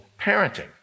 parenting